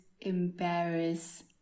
embarrass